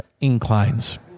inclines